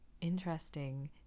interesting